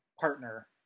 partner